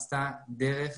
עשתה דרך